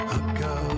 ago